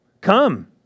Come